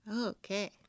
Okay